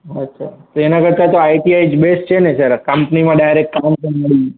અચ્છા તો એના કરતાં તો આઈ ટી આઈ જ બેસ્ટ છે ને સર કંપનીમાં ડાઈરેક કામ પણ મળી રહે